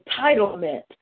entitlement